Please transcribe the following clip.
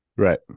Right